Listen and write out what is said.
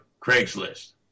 Craigslist